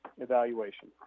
evaluation